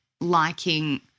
liking